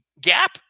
gap